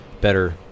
better